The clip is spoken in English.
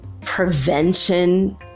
prevention